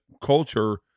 culture